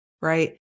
right